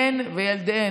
הן וילדיהן.